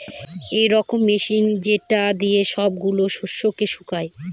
এক রকমের মেশিন যেটা দিয়ে সব গুলা শস্যকে শুকায়